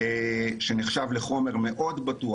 שנחשב לחומר מאוד בטוח,